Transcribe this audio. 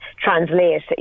translate